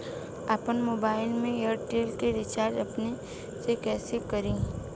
आपन मोबाइल में एयरटेल के रिचार्ज अपने से कइसे करि?